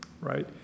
Right